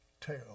tell